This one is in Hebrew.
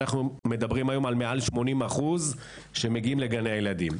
אנחנו מדברים היום על מעל 80% שמגיעים לגני ילדים.